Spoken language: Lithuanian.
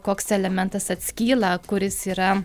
koks elementas atskyla kuris yra